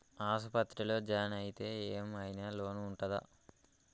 ఆస్పత్రి లో జాయిన్ అయితే ఏం ఐనా లోన్ ఉంటదా?